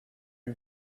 you